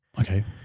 Okay